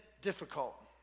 difficult